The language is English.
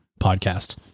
podcast